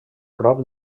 prop